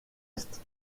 est